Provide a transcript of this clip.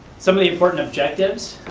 some of the important objectives,